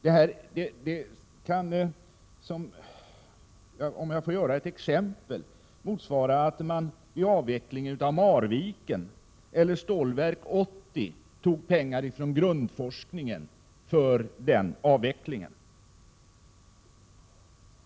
Det kan, om jag får ta ett exempel, motsvara att man betalade avvecklingen av Marviken eller Stålverk 80 med pengar från grundforskningen.